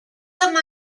some